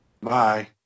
Bye